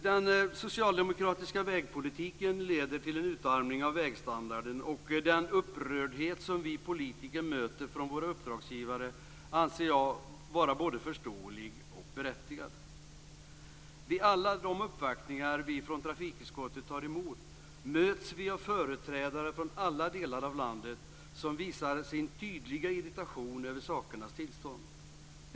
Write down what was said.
Den socialdemokratiska vägpolitiken leder till en utarmning av vägstandarden, och den upprördhet som vi politiker möter från våra uppdragsgivare anser jag vara både förståelig och berättigad. Vid alla de uppvaktningar vi från trafikutskottet tar emot möts vi av företrädare från alla delar av landet som visar sin tydliga irritation över sakernas tillstånd.